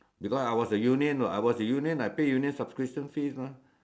because I was a union I was a union I paid union subscription fees mah